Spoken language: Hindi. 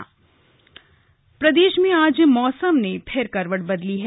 मौसम अपडेट प्रदेश में आज मौसम ने फिर करवट बदली है